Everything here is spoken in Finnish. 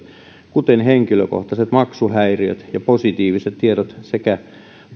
kuten henkilökohtaiset maksuhäiriöt ja positiiviset tiedot sekä